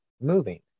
moving